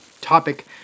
topic